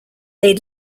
they